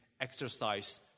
exercise